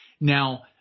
Now